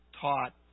taught